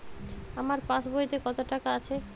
আমার পাসবইতে কত টাকা আছে?